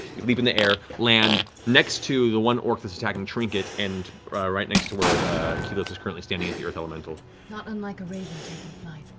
you leap in the air, land next to the one orc that's attacking trinket and right next to where keyleth is currently standing as the earth elemental. laura not unlike a raven taking flight.